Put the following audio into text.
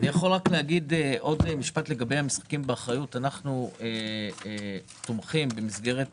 לגבי "משחקים באחריות" אנחנו תומכים במסגרת